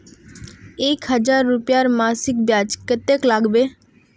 एक हजार रूपयार मासिक ब्याज कतेक लागबे?